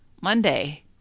Monday